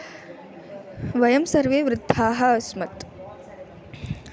वयं सर्वे वृद्धाः अस्मत्